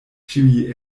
ĉiuj